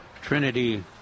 Trinity